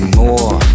more